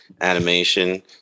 animation